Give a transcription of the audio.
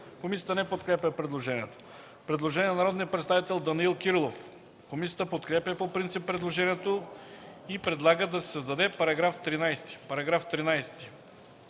Комисията не подкрепя предложението. Предложение от народния представител Данаил Кирилов. Комисията подкрепя по принцип предложението и предлага да се създаде § 13: „§ 13.